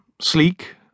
sleek